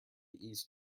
east